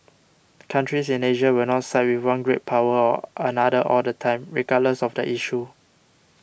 countries in Asia will not side with one great power or another all the time regardless of the issue